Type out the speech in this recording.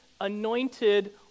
anointed